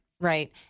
Right